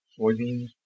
soybeans